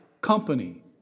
company